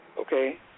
okay